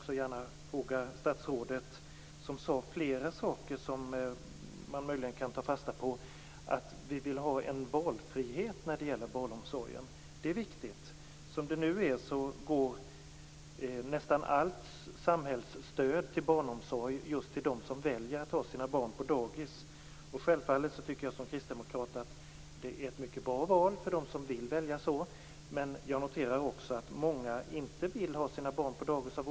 Statsrådet sade flera saker som man möjligen kan ta fasta på när det gäller valfrihet i fråga om barnomsorgen. Det är viktigt. Som det nu är går nästan allt samhällsstöd när det gäller barnomsorg just till dem som väljer att ha sina barn på dagis. Självfallet tycker jag som kristdemokrat att det är ett mycket bra val för dem som vill välja så. Men många vill av olika skäl inte ha sina barn på dagis.